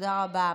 תודה רבה.